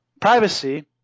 privacy –